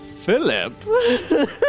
Philip